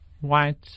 white